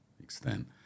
extent